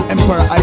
Emperor